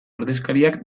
ordezkariak